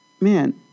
man